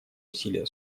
усилия